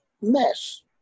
mess